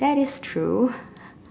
that is true